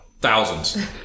Thousands